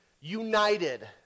united